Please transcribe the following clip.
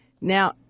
Now